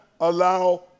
allow